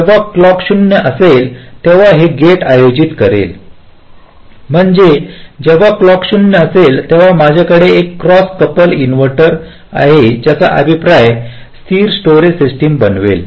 जेव्हा क्लॉक 0 असेल तेव्हा हे गेट आयोजित करेल म्हणजे जेव्हा क्लॉक 0 असेल तेव्हा माझ्याकडे एक क्रॉस कपल इनव्हर्टर आहे ज्याचा अभिप्राय स्थिर स्टोरेज सिस्टम बनवेल